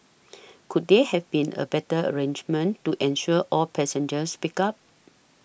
couldn't there have been a better arrangement to ensure all passengers picked up